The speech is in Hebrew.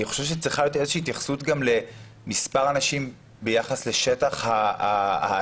אני חושב שצריכה להיות איזושהי התייחסות גם למספר אנשים ביחס לשטח האתר,